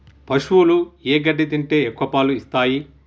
పశువులు ఏ గడ్డి తింటే ఎక్కువ పాలు ఇస్తాయి?